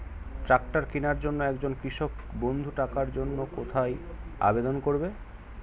Tractor কিনার জন্য একজন কৃষক বন্ধু টাকার জন্য কোথায় আবেদন করবে?